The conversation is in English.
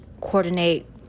coordinate